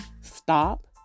stop